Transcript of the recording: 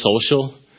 social